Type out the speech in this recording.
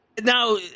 Now